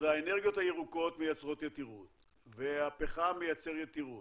אז האנרגיות הירוקות מייצרות יתירות והפחם מייצר יתירות,